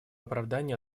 оправдания